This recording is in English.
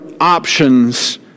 options